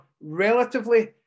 relatively